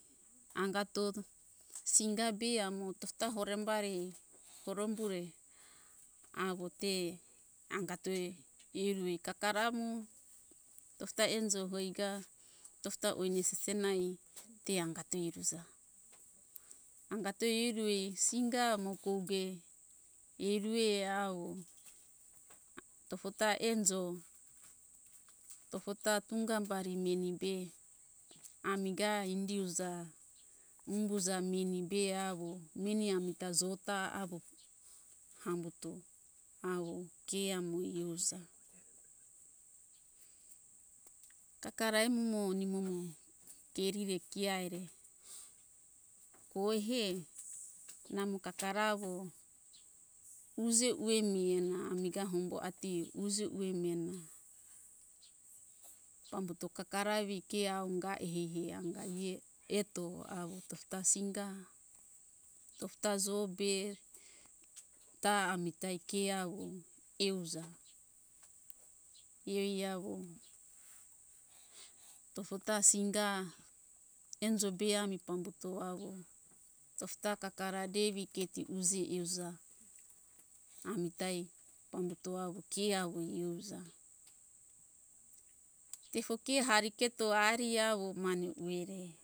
Angato singa be amo tofota horembari korombure awo te angatoe irue kakara mo tofota enjo hoiga tofota oine sisena ai te angato iruja angato eruei singa amo koge erue awo tofota enjo tofota tungabari meni be amiga indi uja umbuja meni be awo meni amita jo ta awo hambuto awo ke amo iuja kakara emu mo nimo mo kerire ki ai re koihe namo kakara awo uje uwe mihena amiga hombo atiu uje uwe mihena amiga hombo atiu uje uwe mihena pambuto kakara evi ke awo unga aihe anga ihe eto awo tofota singa tofota jo be ta amita ke awo euja iei awo tofota singa enjo be ami pambuto awo tofota kakara devi keti uji euja amita ai pambuto awo ke awo iuja tefo ke hariketo ari awo mane uwere